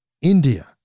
India